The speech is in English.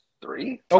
three